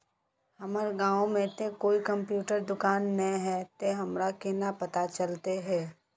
हमर गाँव में ते कोई कंप्यूटर दुकान ने है ते हमरा केना पता चलते है?